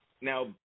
now